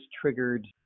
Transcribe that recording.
triggered